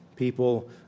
people